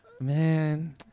Man